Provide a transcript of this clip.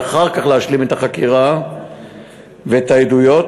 ואחר כך להשלים את החקירה ואת העדויות,